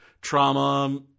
trauma